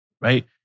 Right